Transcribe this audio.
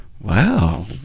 wow